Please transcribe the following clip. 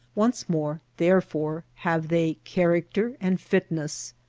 once more, therefore, have they character and fitness,